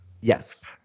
Yes